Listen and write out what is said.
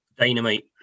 Dynamite